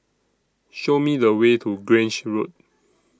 Show Me The Way to Grange Road